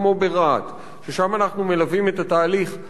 ששם אנחנו מלווים את התהליך הרבה מאוד זמן,